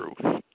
truth